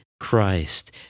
Christ